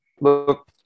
Look